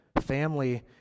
Family